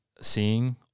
seeing